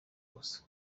ubusa